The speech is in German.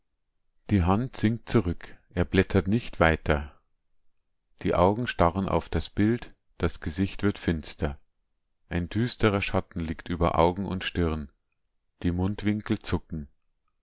die hand sinkt zurück er blättert nicht weiter die augen starren auf das bild das gesicht wird finster ein düsterer schatten liegt über augen und stirn die mundwinkel zucken